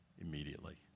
immediately